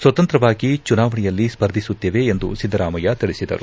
ಸ್ವತಂತ್ರವಾಗಿ ಚುನಾವಣೆಯಲ್ಲಿ ಸ್ವರ್ಧಿಸುತ್ತೇವೆ ಎಂದು ಸಿದ್ಧರಾಮಯ್ಯ ತಿಳಿಸಿದರು